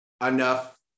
Enough